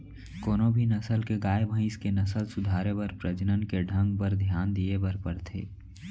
कोनों भी नसल के गाय, भईंस के नसल सुधारे बर प्रजनन के ढंग बर धियान दिये बर परथे